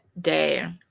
day